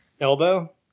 Elbow